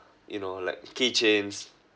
you know like keychains